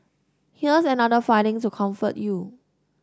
here's another finding to comfort you